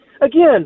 again